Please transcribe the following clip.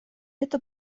это